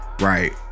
Right